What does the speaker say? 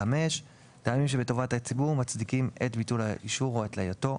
טעמים שבטובת הציבור מצדיקים את ביטול האישור או את התלייתו.